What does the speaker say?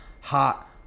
hot